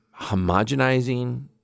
homogenizing